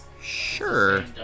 Sure